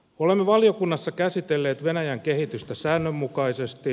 olemme valiokunnassa käsitelleet venäjän kehitystä säännönmukaisesti